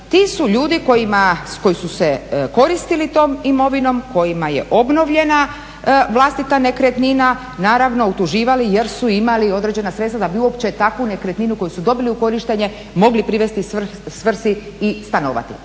ti su ljudi koji su se koristili tom imovinom kojima je obnovljena vlastita nekretnina utuživali jer su imali određena sredstva da bi uopće takvu nekretninu koju su dobili u korištenje mogli privesti svrsi i stanovati.